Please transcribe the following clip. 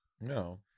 No